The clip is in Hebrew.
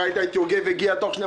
ראית שיוגב הגיע תוך שנייה.